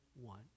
one